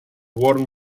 worn